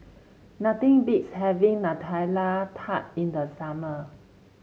nothing beats having Nutella Tart in the summer